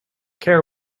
care